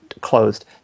closed